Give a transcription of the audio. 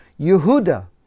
Yehuda